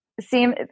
seem